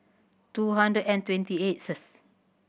two hundred and twenty eighth